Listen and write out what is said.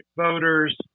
voters